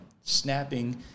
snapping